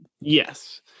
Yes